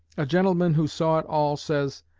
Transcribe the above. a gentleman who saw it all says,